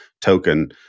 token